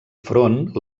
front